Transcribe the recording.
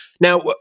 now